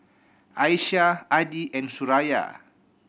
Aisyah Adi and Suraya